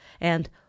and